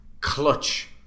clutch